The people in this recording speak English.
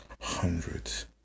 hundreds